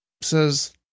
Says